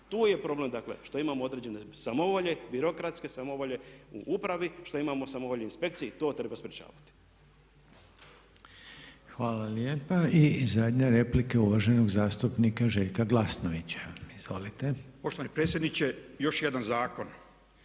Tu je problem, dakle, što imamo određene samovolje, birokratske samovolje u upravi, šta imamo samovolje inspekcije i to treba sprječavati. **Reiner, Željko (HDZ)** Hvala lijepa. I zadnja replika uvaženog zastupnika Željka Glasnovića. Izvolite. **Glasnović, Željko